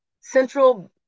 central